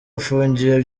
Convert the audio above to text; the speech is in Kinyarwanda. afungiye